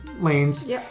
lanes